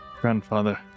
Grandfather